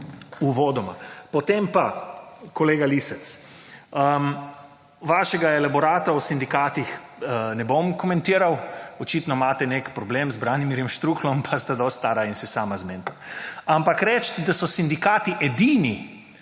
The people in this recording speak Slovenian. Uvodoma. Potem pa, kolega Lisec, vašega elaborata o sindikatih ne bom komentiral. Očitno imate en problem z Branimirjem Štrukljem, pa sta dosti stara in se sama zmenita. Ampak reči, da so sindikati edini,